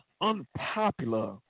unpopular